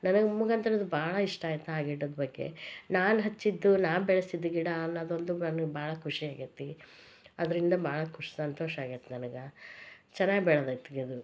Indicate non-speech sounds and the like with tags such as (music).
ನನಗೆ (unintelligible) ಭಾಳ ಇಷ್ಟ ಆಯ್ತು ಆ ಗಿಡದ ಬಗ್ಗೆ ನಾನು ಹಚ್ಚಿದ್ದು ನಾ ಬೆಳೆಸಿದ್ದು ಗಿಡ ಅನ್ನೋದೊಂದು ನನಗೆ ಭಾಳ ಖುಷಿ ಆಗೇತಿ ಅದರಿಂದ ಭಾಳ ಖುಷಿ ಸಂತೋಷ ಆಗೇತಿ ನನಗೆ ಚೆನ್ನಾಗ್ ಬೆಳದೈತದು